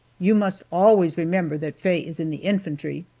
you must always remember that faye is in the infantry.